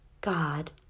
God